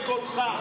אתה אמרת בקולך.